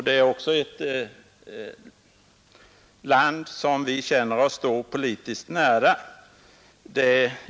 Det är också ett land som vi känner oss stå politiskt nära.